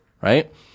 right